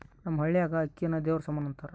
ನಮ್ಮ ಹಳ್ಯಾಗ ಅಕ್ಕಿನ ದೇವರ ಸಮಾನ ಅಂತಾರ